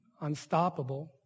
unstoppable